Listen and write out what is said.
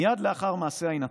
מייד לאחר מעשה ההינתקות,